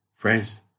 Friends